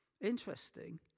Interesting